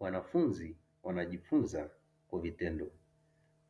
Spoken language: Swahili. Wanafunzi wanajifunza kwa vitendo